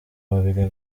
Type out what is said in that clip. babiri